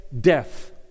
death